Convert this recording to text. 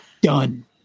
done